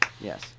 Yes